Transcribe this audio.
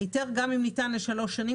גם אם ניתן היתר לשלוש שנים,